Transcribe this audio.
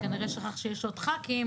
וכנראה שכח שיש עוד ח"כים,